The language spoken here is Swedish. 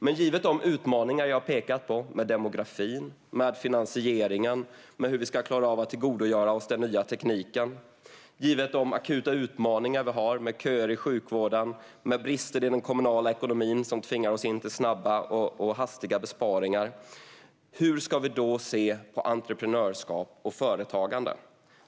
Jag har pekat på utmaningar med demografin, med finansieringen och med hur vi ska klara av att tillgodogöra oss den nya tekniken. Vi har akuta utmaningar med köer i sjukvården och med brister i den kommunala ekonomin som tvingar oss till snabba och hastiga besparingar. Hur ska vi då se på entreprenörskap och företagande?